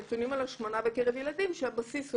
הנתונים על השמנה בקרב ילדים שהבסיס הוא